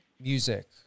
music